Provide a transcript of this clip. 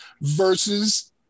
versus